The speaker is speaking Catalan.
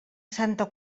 santa